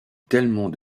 tellement